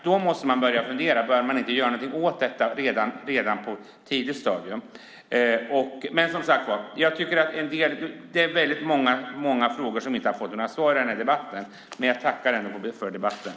Då måste man börja fundera på om man inte bör göra någonting åt detta redan på ett tidigt stadium. Det är många frågor som inte har fått några svar i den här debatten, men jag tackar ändå för debatten.